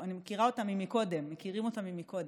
אני מכירה אותה "ממקודם"; מכירים אותה "ממקודם".